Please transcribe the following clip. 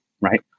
right